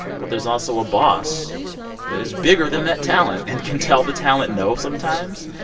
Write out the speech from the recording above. but there's also a boss that is bigger than that talent and can tell the talent no sometimes.